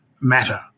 matter